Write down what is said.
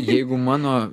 jeigu mano